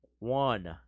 One